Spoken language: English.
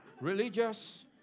religious